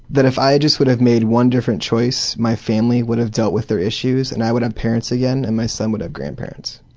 that if i just would have made one different choice, my family would have dealt with their issues and i would have parents against and my son would have grandparents.